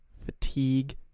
Fatigue